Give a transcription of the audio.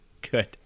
Good